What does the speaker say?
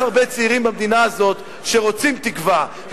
הרבה צעירים במדינה הזאת שרוצים תקווה,